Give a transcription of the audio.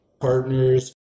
partners